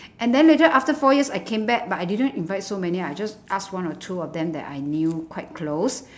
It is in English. and then later after four years I came back but I didn't invite so many I just ask one or two of them that I knew quite close